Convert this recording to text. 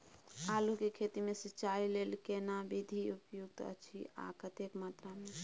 आलू के खेती मे सिंचाई लेल केना विधी उपयुक्त अछि आ कतेक मात्रा मे?